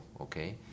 okay